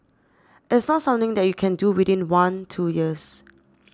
it's not something that you can do within one two years